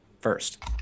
first